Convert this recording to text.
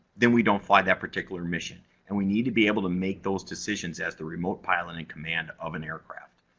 then we don't fly that particular mission. and we need to be able to make those decisions, as the remote pilot in command of an aircraft.